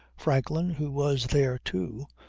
franklin, who was there too,